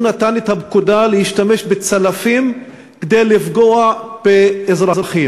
הוא נתן את הפקודה להשתמש בצלפים כדי לפגוע באזרחים.